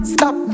Stop